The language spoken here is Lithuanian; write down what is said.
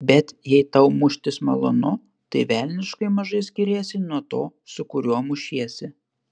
bet jei tau muštis malonu tai velniškai mažai skiriesi nuo to su kuriuo mušiesi